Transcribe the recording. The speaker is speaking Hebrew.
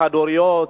לחד-הוריות,